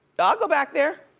i'll go back there.